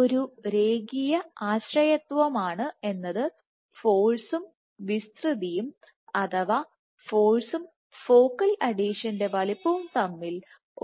ഒരു രേഖീയ ആശ്രയത്വമാണ് എന്നത് ഫോഴ്സും വിസ്തൃതിയും അഥവാ ഫോഴ്സും ഫോക്കൽ അഡ്ഹീഷൻറെ വലുപ്പവും തമ്മിൽ